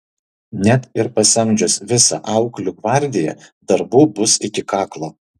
net ir pasamdžius visą auklių gvardiją darbų bus iki kaklo